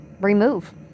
remove